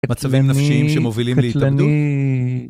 מצבים נפשיים שמובילים להתאבדות